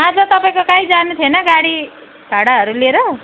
आज तपाईँको कहीँ जानु थिएन गाडी भाडाहरू लिएर